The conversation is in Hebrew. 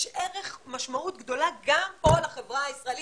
ערך ומשמעות גדולה גם פה לחברה הישראלית,